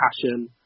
passion